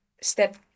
step